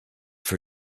for